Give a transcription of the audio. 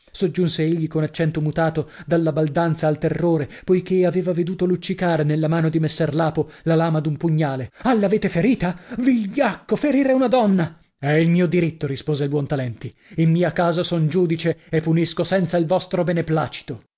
soggiunse egli con accento mutato dalla baldanza al terrore poichè aveva veduto luccicare nella mano di messer lapo la lama d'un pugnale ah l'avete ferita vigliacco ferire un donna è il mio dritto rispose il buontalenti in mia casa son giudice e punisco senza il vostro beneplacito